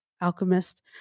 Alchemist